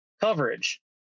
coverage